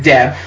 Deb